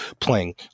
playing